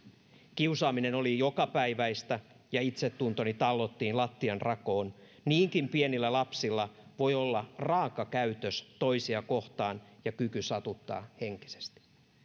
kiusaaminen oli jokapäiväistä ja itsetuntoni tallottiin lattianrakoon niinkin pienillä lapsilla voi olla raaka käytös toisia kohtaan ja kyky satuttaa henkisesti